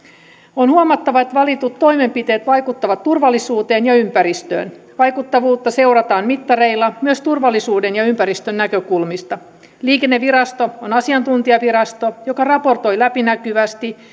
on huomattava että valitut toimenpiteet vaikuttavat turvallisuuteen ja ympäristöön vaikuttavuutta seurataan mittareilla myös turvallisuuden ja ympäristön näkökulmista liikennevirasto on asiantuntijavirasto joka raportoi läpinäkyvästi